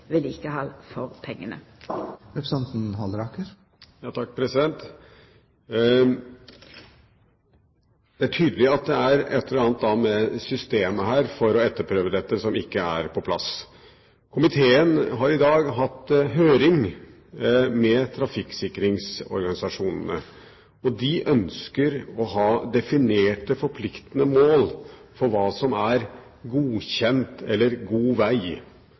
vedlikehald for pengane. Det er tydelig at det er et eller annet med systemet her for å etterprøve dette, som ikke er på plass. Komiteen har i dag hatt høring med trafikksikringsorganisasjonene. De ønsker å ha definerte, forpliktende mål for hva som er godkjent eller god veg,